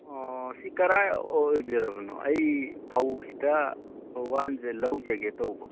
ꯑꯣ ꯁꯤ ꯀꯗꯥꯏ ꯑꯣꯏꯕꯤꯔꯕꯅꯣ ꯑꯩ ꯐꯧ ꯈꯤꯇ ꯂꯧꯖꯒꯦ ꯇꯧꯕ